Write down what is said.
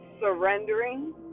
surrendering